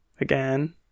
again